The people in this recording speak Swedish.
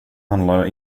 handlar